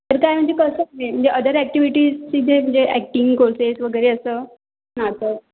तर काय म्हणजे कसं म्हणजे म्हणजे अदर ॲक्टिव्हिटीज तिथे म्हणजे ॲक्टिंग कोर्सेस वगैरे असं नाटक